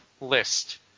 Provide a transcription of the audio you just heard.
list